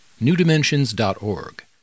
NewDimensions.org